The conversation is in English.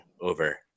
over